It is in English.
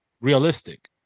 realistic